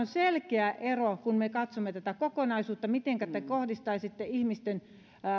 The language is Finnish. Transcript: selkeä ero kun me katsomme tätä kokonaisuutta mitenkä te kohdistaisitte ihmisten